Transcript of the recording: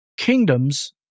Kingdoms